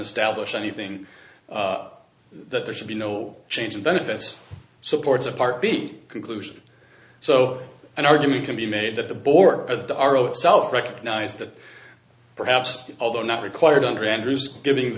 establish anything that there should be no change of benefits supports apart the conclusion so an argument can be made that the board or the aro itself recognized that perhaps although not required under andrew's giving